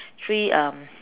three um